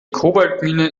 kobaltmine